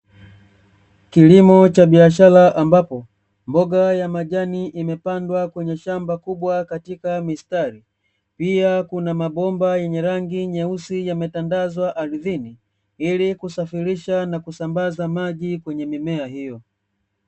Kilimo cha biashara, ambapo mboga ya majani imepandwa kwenye shamba kubwa katika mistari, pia kuna mabomba yenye rangi nyeusi yametandazwa ardhini ili kusafirisha na kusambaza maji kwenye mimea hiyo.